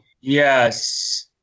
Yes